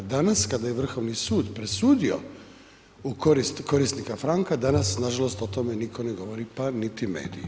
Danas kada je Vrhovni sud presudio u korist korisnika „Franka“ danas nažalost o tome nitko ne govori, pa niti mediji.